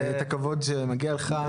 וגם את הכבוד שמגיע לך.